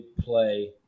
play